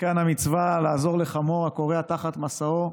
מכאן המצווה לעזור לחמור הכורע תחת משאו.